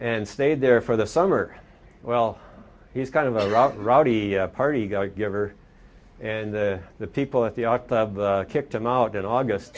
and stayed there for the summer well he's kind of a rock rowdy party guy giver and the people at the i kicked him out in august